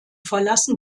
verlassen